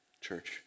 church